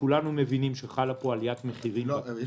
כולנו מבינים שחלה עליית מחירים -- יש